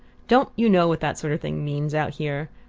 don't you know what that sort of thing means out here?